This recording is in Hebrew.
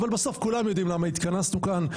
אבל בסוף כולם יודעים למה התכנסנו כאן,